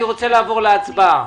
אני רוצה לעבור להצבעה.